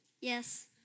Yes